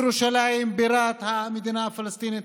ירושלים בירת המדינה הפלסטינית,